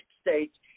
States